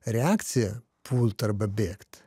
reakcija pult arba bėgt